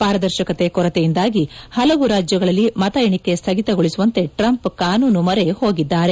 ಪಾರದರ್ಶಕತೆ ಕೊರತೆಯಿಂದಾಗಿ ಹಲವು ರಾಜ್ಯಗಳಲ್ಲಿ ಮತ ಎಣಿಕೆ ಸ್ವಗಿತಗೊಳಿಸುವಂತೆ ಟ್ರಂಪ್ ಕಾನೂನು ಮೊರೆ ಹೋಗಿದ್ದಾರೆ